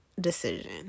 decision